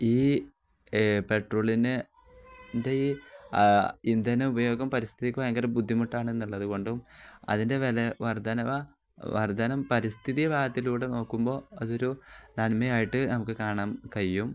ഈ പെട്രോളിന് ൻ്റെ ഈ ഇന്ധന ഉപയോഗം പരിസ്ഥിതിക്ക് ഭയങ്കര ബുദ്ധിമുട്ടാണെന്നുള്ളത് കൊണ്ടും അതിൻ്റെ വില വർദ്ധന വർദ്ധന പരിസ്ഥിതിയുടെ ഭാഗത്തിലൂടെ നോക്കുമ്പോൾ അതൊരു നന്മയായിട്ട് നമുക്ക് കാണാൻ കഴിയും